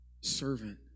servant